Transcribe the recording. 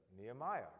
Nehemiah